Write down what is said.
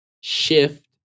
shift